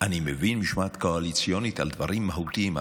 אני מבין משמעת קואליציונית על דברים מהותיים,